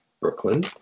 Brooklyn